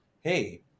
hey